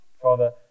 Father